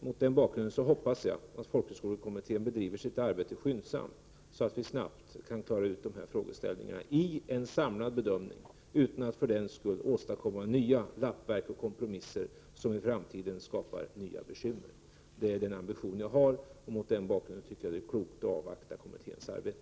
Mot den bakgrunden hoppas jag att folkhögskolekommittén bedriver sitt arbete skyndsamt, så att vi snabbt kan klara ut dessa frågeställningar i en samlad bedömning, utan att för den skull åstadkomma nya lappverk och kompromisser som i framtiden skapar nya bekymmer. Det är den ambition jag har, och därför tycker jag att det är klokt att avvakta kommitténs arbete.